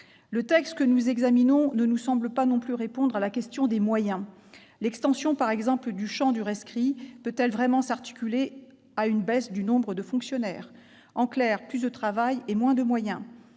Le texte que nous examinons ne nous semble pas non plus répondre à la question des moyens. L'extension du champ du rescrit, par exemple, peut-elle vraiment s'articuler avec une baisse du nombre de fonctionnaires ? En clair, plus de travail et moins de moyens